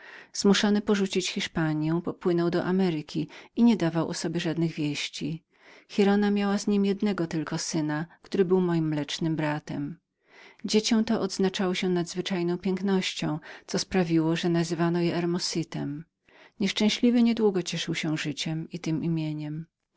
zmuszony porzucić hiszpanią popłynął do ameryki i nie dawał o sobie żadnych wieści giralda miała z nim tylko jednego syna który był moim mlecznym bratem dziecię to było nadzwyczajnej piękności co spowodowało że nazwano go hermositem nieszczęśliwy nie długo cieszył się życiem i tem